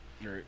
right